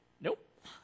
Nope